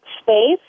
space